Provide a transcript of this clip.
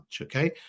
Okay